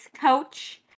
coach